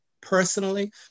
personally